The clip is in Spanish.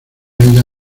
ella